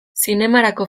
zinemarako